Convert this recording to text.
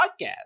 podcast